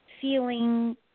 feeling